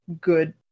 good